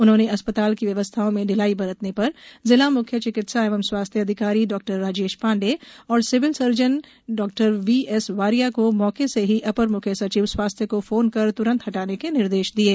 उन्होंने अस्पताल की व्यवस्थाओं में ढिलाई बरतने पर जिला म्ख्य चिकित्सा एवं स्वास्थ्य अधिकारी डॉ राजेश पाण्डे और सिविल सर्जन डॉ व्हीएस वारिया को मौके से ही अपर मुख्य सचिव स्वास्थ्य को फोन कर त्रंत हटाने के निर्देश दिये